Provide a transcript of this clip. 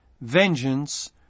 vengeance